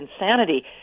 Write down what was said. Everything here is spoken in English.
insanity